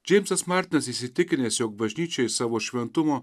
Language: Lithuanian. džeimsas martinas įsitikinęs jog bažnyčia iš savo šventumo